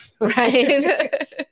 Right